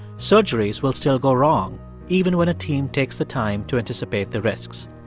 surgeries will still go wrong even when a team takes the time to anticipate the risks.